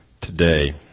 today